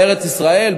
לארץ-ישראל,